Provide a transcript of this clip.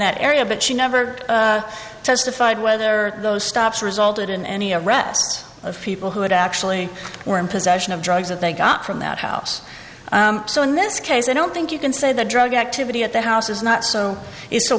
that area but she never testified whether those stops resulted in any arrests of people who had actually were in possession of drugs that they got from that house so in this case i don't think you can say that drug activity at the house is not so is so